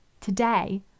today